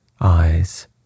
eyes